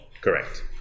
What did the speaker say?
correct